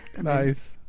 Nice